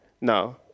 No